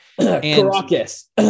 Caracas